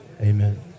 Amen